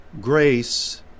grace